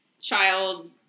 child